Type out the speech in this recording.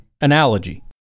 analogy